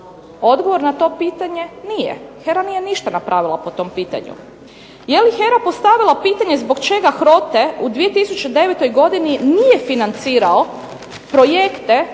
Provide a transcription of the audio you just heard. Odgovor na to pitanje nije, HERA nije ništa npravila po tom pitanju. Je li HERA postavila pitanje zbog čega …/Ne razumije se./… u 2009. godini nije financirao projekte